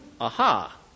aha